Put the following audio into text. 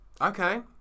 Okay